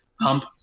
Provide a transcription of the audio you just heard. hump